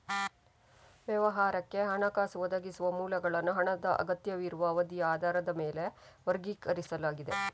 ವ್ಯವಹಾರಕ್ಕೆ ಹಣಕಾಸು ಒದಗಿಸುವ ಮೂಲಗಳನ್ನು ಹಣದ ಅಗತ್ಯವಿರುವ ಅವಧಿಯ ಆಧಾರದ ಮೇಲೆ ವರ್ಗೀಕರಿಸಲಾಗಿದೆ